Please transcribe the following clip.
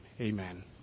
Amen